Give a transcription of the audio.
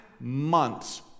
months